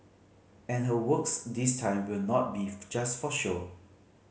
and her works this time will not be just for show